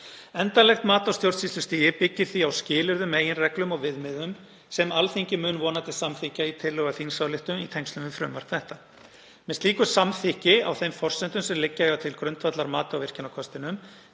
Endanlegt mat á stjórnsýslustigi byggir því á skilyrðum, meginreglum og viðmiðum sem Alþingi mun vonandi samþykkja í tillögu til þingsályktunar í tengslum við frumvarp þetta. Með slíku samþykki á þeim forsendum sem liggja eiga til grundvallar mati á virkjunarkostinum